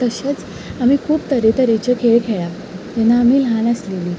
तशेंच आमी खूब तरे तरेचे खेळ खेळ्ळा जेन्ना आमी ल्हान आसलेलीं